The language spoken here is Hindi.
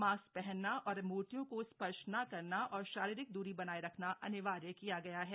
मास्क पहनना और मूर्तियीं का स्पर्श न करना और शारिरिक दूरी बनाये रखना अनिवार्य किया गया है